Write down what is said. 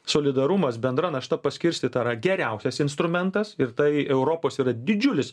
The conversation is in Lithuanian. solidarumas bendra našta paskirstyta yra geriausias instrumentas ir tai europos yra didžiulis